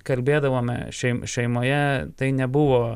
kalbėdavomešeimoje tai nebuvo